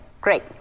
Great